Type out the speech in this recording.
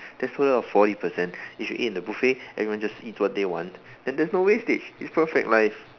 that's a total of forty percent if you eat in the buffet everyone just eats what they want then there's no wastage it's perfect life